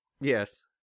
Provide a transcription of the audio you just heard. Yes